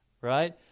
right